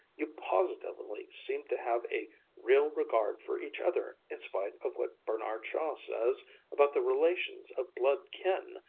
you positively seem to have a real regard for each other in spite of what bernard shaw says about the relations of blood-kin.